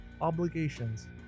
obligations